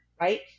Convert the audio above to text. right